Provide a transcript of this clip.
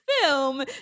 film